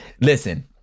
Listen